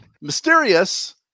mysterious